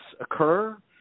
occur